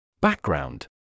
Background